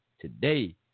today